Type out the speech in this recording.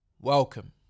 Welcome